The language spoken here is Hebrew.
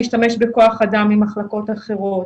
להשתמש בכוח אדם ממחלקות אחרות,